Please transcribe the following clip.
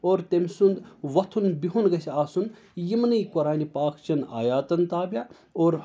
اور تٔمۍ سُنٛد وۄتھُن بیہون گَژھہِ آسُن یِمنٕے قۅرانِ پاک چیٚن آیاتَن تابع اور